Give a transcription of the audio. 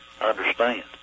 understand